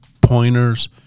pointers